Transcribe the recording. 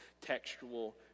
textual